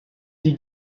die